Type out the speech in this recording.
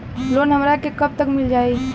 Loan हमरा के कब तक मिल जाई?